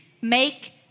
make